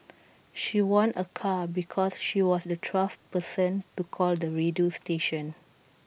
she won A car because she was the twelfth person to call the radio station